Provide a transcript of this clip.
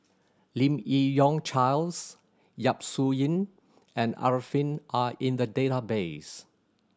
Lim Yi Yong Charles Yap Su Yin and Arifin are in the database